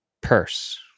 purse